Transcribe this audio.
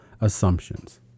assumptions